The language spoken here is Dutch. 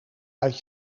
uit